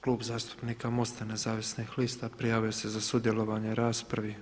Klub zastupnika MOST-a nezavisnih lista prijavio se za sudjelovanje u raspravi.